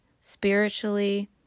spiritually